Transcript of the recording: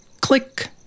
click